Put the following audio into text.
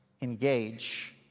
engage